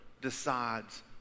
decides